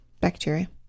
bacteria